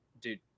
dude